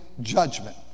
judgment